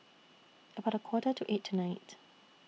about A Quarter to eight tonight